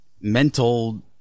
mental